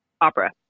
opera